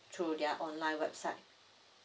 through their online website